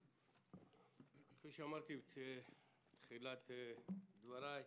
כפי שאמרתי בתחילת דבריי,